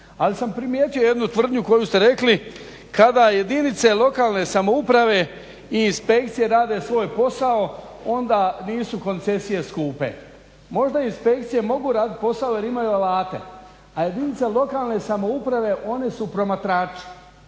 Ali sam primijetio jednu tvrdnju koju ste rekli, kada jedinice lokalne samouprave i inspekcije rade svoj posao onda nisu koncesije skupe. Možda inspekcije mogu radit posao jer imaju alate, a jedinice lokalne samouprave one su promatrači.